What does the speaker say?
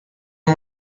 این